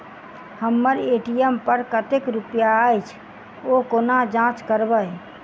हम्मर ए.टी.एम पर कतेक रुपया अछि, ओ कोना जाँच करबै?